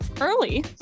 early